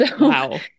Wow